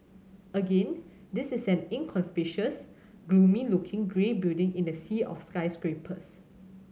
again this is an inconspicuous gloomy looking grey building in the sea of skyscrapers